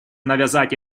навязать